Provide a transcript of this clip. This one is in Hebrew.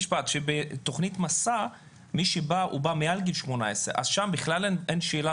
בתוכנית מסע מגיעים אחרי גיל 18. שם בכלל אין שאלה